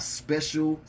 special